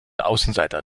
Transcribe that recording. außenseiter